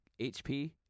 HP